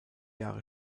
jahre